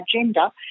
agenda